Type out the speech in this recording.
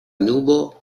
nubo